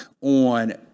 on